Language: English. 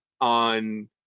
on